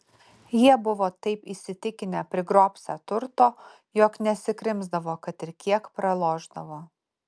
jie buvo taip įsitikinę prisigrobsią turto jog nesikrimsdavo kad ir kiek pralošdavo